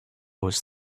was